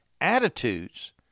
Attitudes